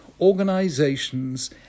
organizations